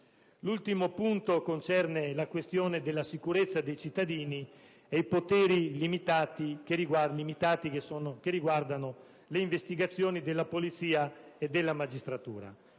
L'ultimo punto concerne la sicurezza dei cittadini e i poteri limitati relativi alle investigazioni della polizia e della magistratura.